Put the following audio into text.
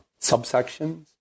subsections